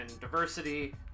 diversity